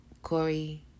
Corey